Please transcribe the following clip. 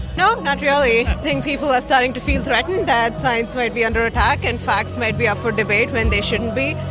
no, not really. i think people are starting to feel threatened that science might be under attack and facts might be up for debate when they shouldn't be.